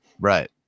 right